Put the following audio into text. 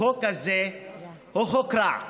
החוק הזה הוא רע.